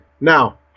now